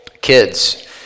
Kids